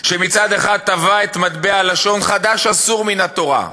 שמצד אחד טבע את מטבע הלשון "חדש אסור מן התורה"